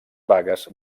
vagues